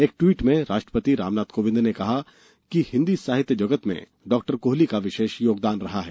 एक टवीट में राष्ट्रपति कोविंद ने कहा कि हिन्दी साहित्य जगत में डॉक्टर कोहली का विशेष योगदान रहा है